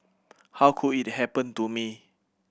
how could it happen to me